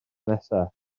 nesaf